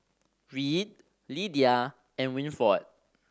Reed Lidia and Winford